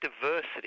diversity